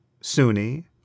Sunni